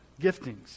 giftings